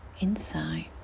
inside